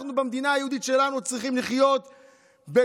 אנחנו במדינה היהודית שלנו צריכים לחיות בגאון,